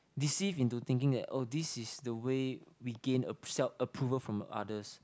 deceived into thinking that oh this is the way we gain approval from others